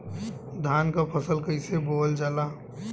धान क फसल कईसे बोवल जाला?